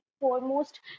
foremost